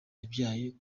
yabyaye